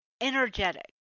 energetic